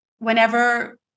Whenever